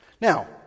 Now